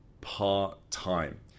part-time